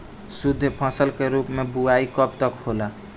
शुद्धफसल के रूप में बुआई कब तक होला?